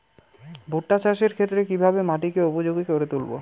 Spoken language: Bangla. ভুট্টা চাষের ক্ষেত্রে কিভাবে মাটিকে উপযোগী করে তুলবো?